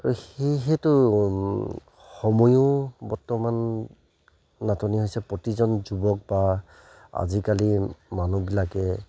আৰু সেই হেতু সময়ো বৰ্তমান নাটনি হৈছে প্ৰতিজন যুৱক বা আজিকালি মানুহবিলাকে